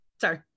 sorry